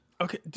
Okay